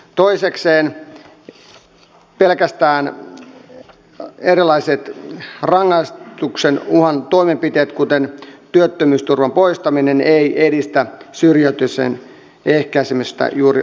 toisekseen pelkästään erilaiset rangaistuksen uhan toimenpiteet kuten työttömyysturvan poistaminen eivät edistä syrjäytymisen ehkäisemistä juuri lainkaan